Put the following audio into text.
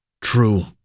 True